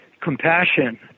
compassion